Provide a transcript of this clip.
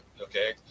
okay